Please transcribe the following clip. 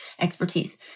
expertise